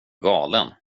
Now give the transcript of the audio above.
galen